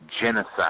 genocide